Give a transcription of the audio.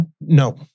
No